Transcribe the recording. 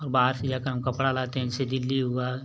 और बाहर से जाकर हम कपड़ा लाते हैं जैसे दिल्ली हुआ